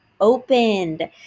opened